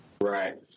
Right